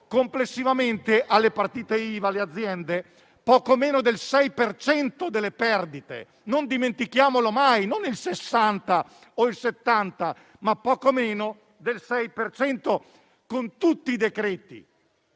complessivamente alle partite IVA e alle aziende poco meno del 6 per cento delle perdite. Non dimentichiamolo mai: non il 60 o il 70, ma poco meno del 6 per cento, con